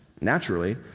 naturally